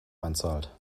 einzahlt